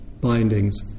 bindings